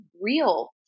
real